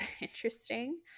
interesting